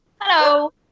Hello